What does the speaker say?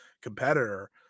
competitor